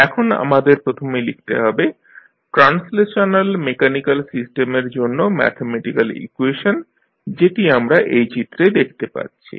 এখন আমাদের প্রথমে লিখতে হবে ট্রান্সলেশনাল মেকানিক্যাল সিস্টেমের জন্য ম্যাথমেটিক্যাল ইকুয়েশন যেটি আমরা এই চিত্রে দেখতে পাচ্ছি